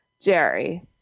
Jerry